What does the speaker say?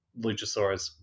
Luchasaurus